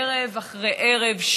ערב אחרי ערב,